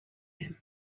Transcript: him